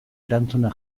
erantzuna